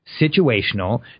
situational